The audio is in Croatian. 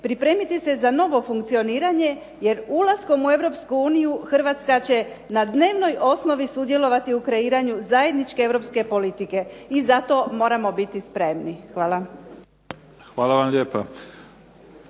pripremiti se za novo funkcioniranje jer ulaskom u Europsku uniju Hrvatska će na dnevnoj osnovi sudjelovati u kreiranju zajedničke europske politike i zato moramo biti spremni. Hvala. **Mimica, Neven